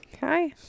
hi